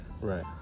Right